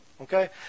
Okay